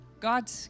God